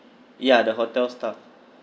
ya the hotel staff